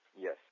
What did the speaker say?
yes